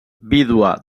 vídua